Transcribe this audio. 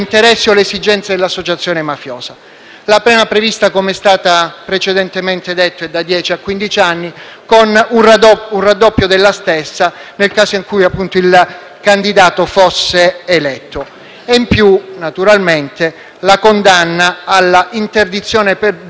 La pena prevista - come è stato precedentemente detto - va da dieci a quindici anni, con un raddoppio della stessa nel caso in cui, appunto, il candidato fosse eletto. In più, naturalmente, c'è la condanna alla interdizione perpetua dai pubblici uffici.